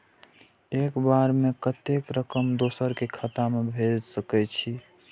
एक बार में कतेक रकम दोसर के खाता में भेज सकेछी?